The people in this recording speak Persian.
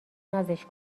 نازش